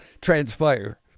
transpire